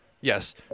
Yes